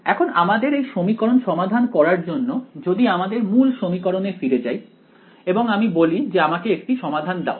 এখন আমাদের এই সমীকরণ সমাধান করার জন্য যদি আমি আমাদের মূল সমীকরণে ফিরে যাই এবং আমি বলি যে আমাকে একটি সমাধান দাও